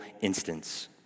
instance